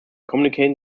communicate